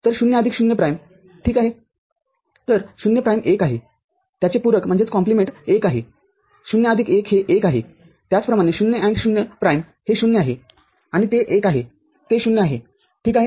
तर ० आदिक ० प्राईम ठीक आहे तर० प्राईम१ आहेत्याचे पूरक १ आहे० आदिक १ हे १ आहे त्याचप्रकारे ० AND ० प्राईमहे ० आहे आणि ते १ आहे ते ० आहे ठीक आहे